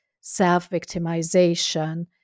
self-victimization